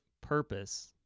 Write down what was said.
purpose